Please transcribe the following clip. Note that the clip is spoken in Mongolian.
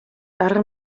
дарга